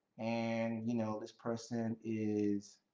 and you know this person is